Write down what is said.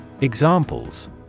Examples